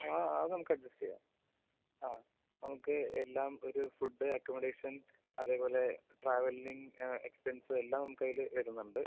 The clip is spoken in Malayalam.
ആ അത് നമുക്ക് അഡ്ജസ്റ്റ് ചെയ്യാം ആ നമുക്ക് എല്ലാം ഒരു ഫുഡ്ഡ് അക്കമഡേഷൻ അതേപോലെ ട്രാവെലിങ്ങ് എക്സ്പെൻസ് എല്ലാം അതിൽ വരുന്നുണ്ട്